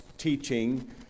teaching